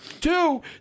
Two